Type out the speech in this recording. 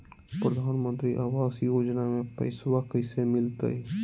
प्रधानमंत्री आवास योजना में पैसबा कैसे मिलते?